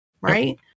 Right